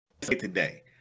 today